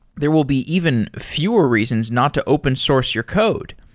there will be even fewer reasons not to open source your code.